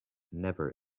never